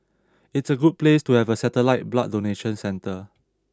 it's a good place to have a satellite blood donation centre